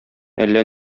әллә